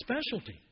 specialty